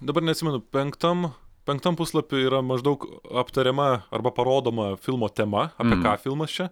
dabar neatsimenu penktam penktam puslapį yra maždaug aptariama arba parodoma filmo tema apie ką filmas čia